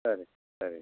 சரி சரி